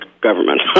government